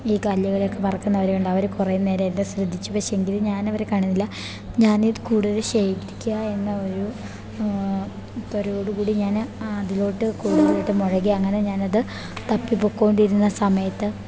ഈ കല്ലുകളൊക്കെ പെറുക്കുന്നവരുണ്ട് അവർ കുറേ നേരം എന്നെ ശ്രദ്ധിച്ചു പക്ഷെ എങ്കിലും ഞാനവരെ കാണുന്നില്ല ഞാനിത് കൂടുതൽ ശേഖരിക്കുക എന്ന ഒരു ത്വരയോടുകൂടി ഞാൻ അതിലോട്ട് കൂടുതലായിട്ട് മുഴുകി അങ്ങനെ ഞാനത് തപ്പിപ്പോയിക്കൊണ്ടിരുന്ന സമയത്ത്